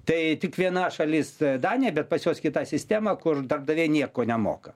tai tik viena šalis danija bet pas juos kita sistema kur darbdaviai nieko nemoka